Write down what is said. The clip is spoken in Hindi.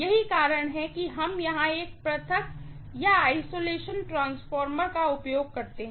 यही कारण है कि हम यहां एक आइसोलेशन ट्रांसफार्मर का उपयोग करते हैं